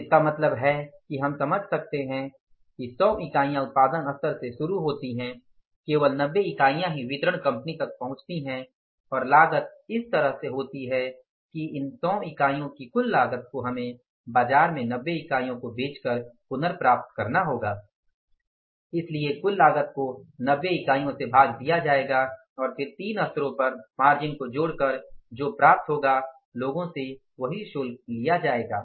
तो इसका मतलब है कि हम समझ सकते हैं कि १०० इकाइयाँ उत्पादन स्तर से शुरू होती हैं केवल 90 इकाइयाँ ही वितरण कंपनी तक पहुँचती हैं और लागत इस तरह से होती है कि इस 100 इकाईयों की कुल लागत को हमें बाजार में 90 इकाइयों को बेचकर पुनर्प्राप्त करना होगा इसलिए कुल लागत को 90 इकाइयों से भाग दिया जायेगा और फिर तीनों स्तरों पर मार्जिन को जोड़कर जो प्राप्त होगा लोगों से वही शुल्क लिया जाएगा